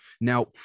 Now